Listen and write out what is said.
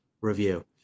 review